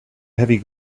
heavy